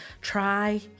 Try